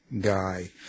guy